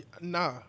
Nah